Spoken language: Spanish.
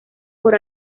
por